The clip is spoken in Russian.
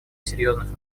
серьезных